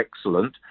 excellent